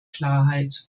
klarheit